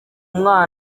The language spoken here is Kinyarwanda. umwana